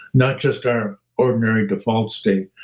not just our ordinary default state.